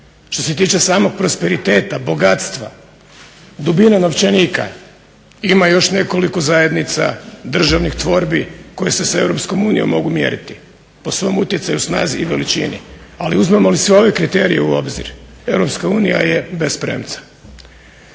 Što se tiče samog prosperiteta, bogatstva, dubine novčanika ima još nekoliko zajednica, državnih tvorbi koje se sa Europskom unijom mogu mjeriti po svom utjecaju, snazi i veličini. Ali uzmemo li sve ove kriterije u obzir Europska unija je bez premca.